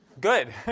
Good